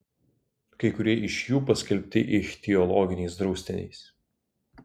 kai kurie iš jų paskelbti ichtiologiniais draustiniais